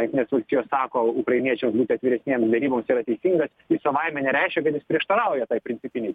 jungtinės valstijos sako ukrainiečiam būti atviresniem derybose yra teisingas tai savaime nereiškia kad jis prieštarauja tai principinei